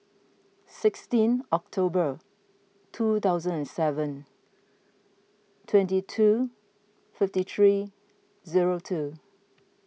sixteenth October two thousand and seven twenty two fifty three zero two